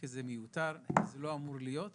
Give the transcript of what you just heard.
כי זה מיותר וזה לא אמור להיות.